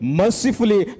mercifully